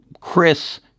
Chris